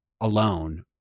alone